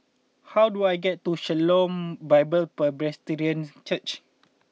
how do I get to Shalom Bible Presbyterians Church